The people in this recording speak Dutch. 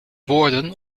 woorden